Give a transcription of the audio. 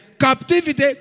captivity